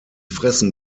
fressen